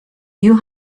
you